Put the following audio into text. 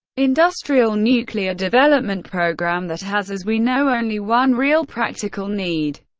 industrial nuclear development program that has, as we know, only one real practical need.